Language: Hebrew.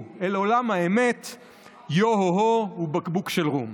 אל עולם האמת / יו הו הו ובקבוק של רום".